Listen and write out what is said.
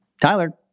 Tyler